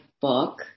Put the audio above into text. book